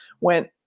went